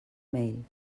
mail